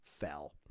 fell